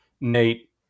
Nate